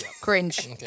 Cringe